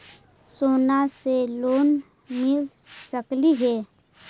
सोना से लोन मिल सकली हे?